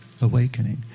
awakening